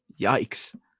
Yikes